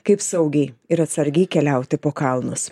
kaip saugiai ir atsargiai keliauti po kalnus